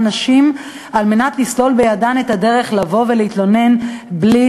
נשים על מנת לסלול להן את הדרך לבוא ולהתלונן בלי